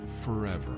forever